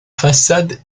façade